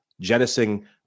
jettisoning